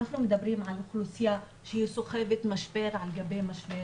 אנחנו מדברים על אוכלוסייה שהיא סוחבת משבר על גבי משבר